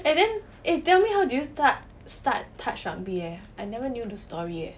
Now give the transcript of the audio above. eh then eh tell me how did you start start touch rugby eh I never knew the story eh